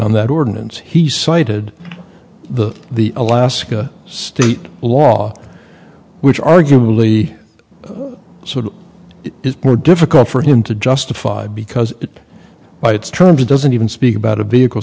on that ordinance he cited the the alaska state law which arguably sort of is more difficult for him to justify because it by its terms doesn't even speak about a vehicle